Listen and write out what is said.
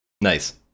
Nice